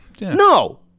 No